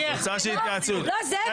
זאב,